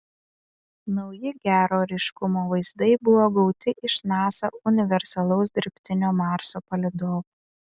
nauji gero ryškumo vaizdai buvo gauti iš nasa universalaus dirbtinio marso palydovo